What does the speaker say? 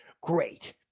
great